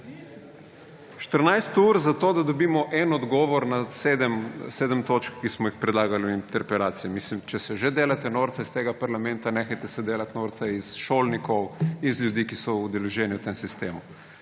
ur za to, da dobimo en odgovor na sedem točk, ki smo jih predlagali v interpelaciji. Če se že delate norca iz tega parlamenta, nehajte se delati norca iz šolnikov, iz ljudi, ki so udeleženi v tem sistemu.